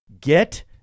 Get